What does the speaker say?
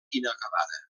inacabada